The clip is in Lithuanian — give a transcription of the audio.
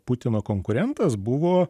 putino konkurentas buvo